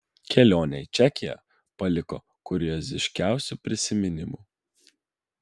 kelionė į čekiją paliko kurioziškiausių prisiminimų